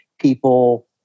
people